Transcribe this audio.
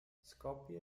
skopje